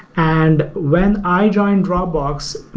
and when i joined dropbox,